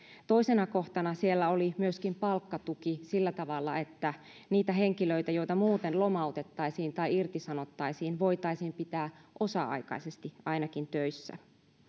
toisena kohtana siellä oli myöskin palkkatuki sillä tavalla että niitä henkilöitä joita muuten lomautettaisiin tai irtisanottaisiin voitaisiin pitää ainakin osa aikaisesti töissä